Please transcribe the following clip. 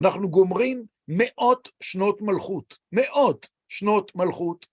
אנחנו גומרים מאות שנות מלכות, מאות שנות מלכות.